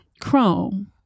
Chrome